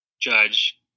judge